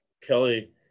Kelly